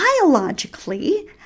biologically